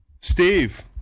Steve